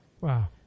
wow